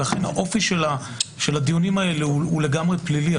ולכן האופי של הדיונים האלה הוא לגמרי פלילי.